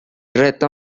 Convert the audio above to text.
reto